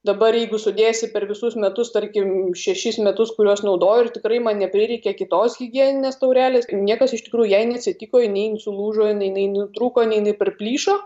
dabar jeigu sudėsi per visus metus tarkim šešis metus kuriuos naudoju ir tikrai man neprireikė kitos higieninės taurelės niekas iš tikrųjų jai neatsitiko ji nein sulūžo jinai nai nutrūko nei inai perplyšo